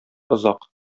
озак